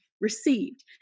received